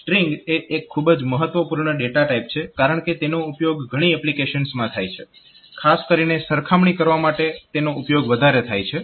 string એ એક ખૂબ જ મહત્વપૂર્ણ ડેટા ટાઈપ છે કારણકે તેનો ઉપયોગ ઘણી એપ્લિકેશન્સમાં થાય છે ખાસ કરીને સરખામણી કરવા માટે તેનો ઉપયોગ વધારે થાય છે